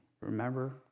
Remember